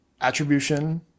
Attribution